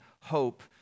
hope